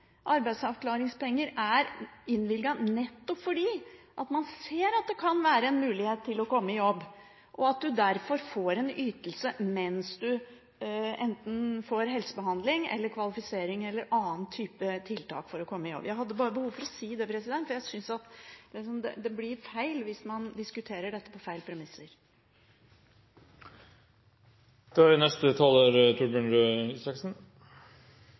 Arbeidsavklaringspenger er ikke det. Arbeidsavklaringspenger er innvilget nettopp fordi man ser at det kan være en mulighet til å komme i jobb, og at man derfor får en ytelse mens man enten får helsebehandling, kvalifisering eller annen type tiltak for å komme i jobb. Jeg hadde bare behov for å si det, for jeg synes det blir feil hvis man diskuterer dette på feil premisser.